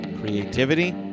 Creativity